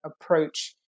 approach